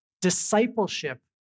discipleship